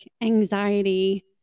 anxiety